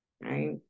right